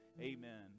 amen